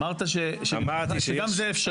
אמרת שגם זה אפשרי.